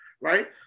right